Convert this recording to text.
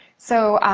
so,